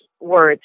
words